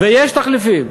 ויש תחליפים.